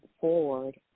forward